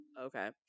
Okay